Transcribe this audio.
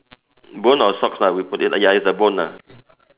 bone or socks lah ya it's a bone lah